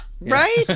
Right